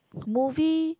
movie